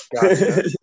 Gotcha